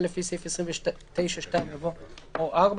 אחרי "לפי סעיף 29(2)" יבוא "או (4)".